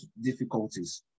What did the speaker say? difficulties